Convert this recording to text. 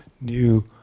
new